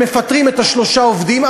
הם מפטרים את שלושת העובדים,